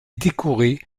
décorée